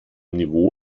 niveau